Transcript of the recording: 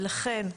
ולכן,